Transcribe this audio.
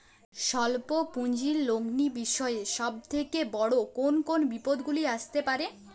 স্বল্প পুঁজির লগ্নি বিষয়ে সব থেকে বড় কোন কোন বিপদগুলি আসতে পারে?